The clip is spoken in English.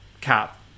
cap